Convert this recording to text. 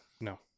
no